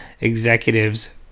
executives